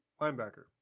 Linebacker